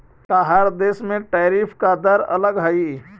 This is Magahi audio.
का हर देश में टैरिफ का दर अलग हई